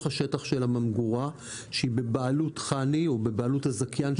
השטח של הממגורה שהיא בבעלות חנ"י או בבעלות הזכיין.